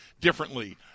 differently